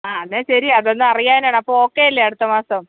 ആ എന്നാൽ ശരി അതൊന്ന് അറിയാനാണ് അപ്പോൾ ഓക്കെ അല്ലെ അടുത്ത മാസം